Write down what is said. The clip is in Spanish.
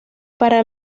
para